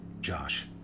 Josh